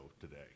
today